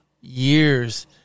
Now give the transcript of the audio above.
years